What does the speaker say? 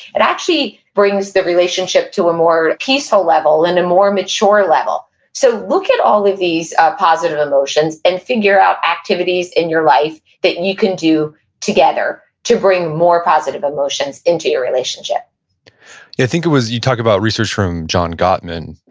it actually brings the relationship to a more peaceful level, and a more mature level so look at all of these positive emotions, and figure out activities in your life that you can do together to bring more positive emotions into your relationship yeah, i think it was, you talk about research from john gottman,